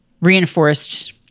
reinforced